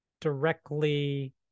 directly